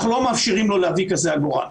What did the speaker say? אנחנו לא מאפשרים לו להביא כזה עגורן.